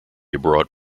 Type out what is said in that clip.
abroad